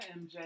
MJ